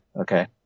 okay